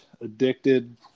addicted